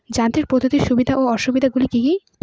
যান্ত্রিক পদ্ধতির সুবিধা ও অসুবিধা গুলি কি কি?